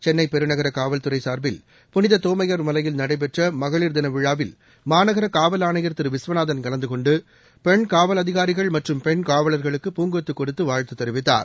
சென்னை பெருநகர காவல்துறை சார்பில் புனித தோமையர் மலையில் நடைபெற்ற மகளிர் தின விழாவில் மாநகர காவல் ஆணையர் திரு விஸ்வநாதன் கலந்து கொண்டு பெண் காவல் அதிகாரிகள் மற்றும் பெண் காவலர்களுக்கு பூங்கொத்து கொடுத்து வாழ்த்து தெரிவித்தார்